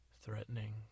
threatening